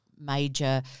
major